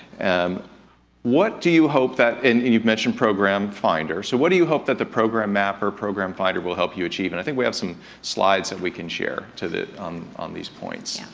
um what do you hope that and and you've mentioned program finder, so what do you hope that the program mapper, program finder will help you achieve? and, i think we have some slides that we can share to the on on these points.